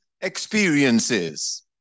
experiences